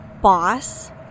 boss